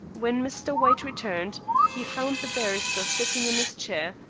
when mr. white returned, he found the barrister sitting in his chair,